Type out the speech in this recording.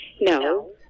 No